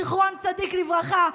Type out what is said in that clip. זיכרון צדיק לברכה,